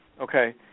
Okay